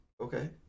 okay